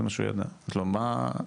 הוא אמר: